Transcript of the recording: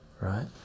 right